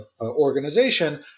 organization